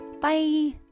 bye